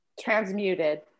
transmuted